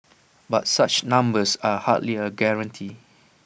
but such numbers are hardly A guarantee